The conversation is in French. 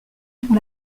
pour